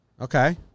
Okay